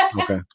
Okay